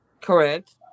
Correct